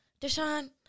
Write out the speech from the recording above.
Deshaun